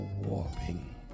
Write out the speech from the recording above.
warping